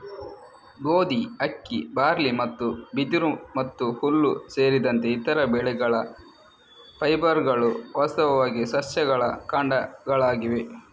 ಗೋಧಿ, ಅಕ್ಕಿ, ಬಾರ್ಲಿ ಮತ್ತು ಬಿದಿರು ಮತ್ತು ಹುಲ್ಲು ಸೇರಿದಂತೆ ಇತರ ಬೆಳೆಗಳ ಫೈಬರ್ಗಳು ವಾಸ್ತವವಾಗಿ ಸಸ್ಯಗಳ ಕಾಂಡಗಳಾಗಿವೆ